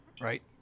right